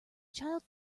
child